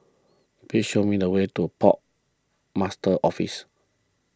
please show me the way to Port Master's Office